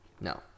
No